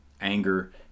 anger